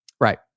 Right